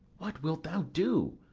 what wilt thou do?